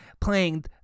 playing